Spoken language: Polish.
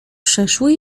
przeszły